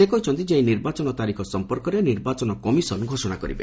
ସେ କହିଛନ୍ତି ଯେ ଏହି ନିର୍ବାଚନ ତାରିଖ ସମ୍ପର୍କରେ ନିର୍ବାଚନ କମିଶନ ଘୋଷଣା କରିବେ